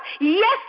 yes